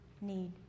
need